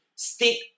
stick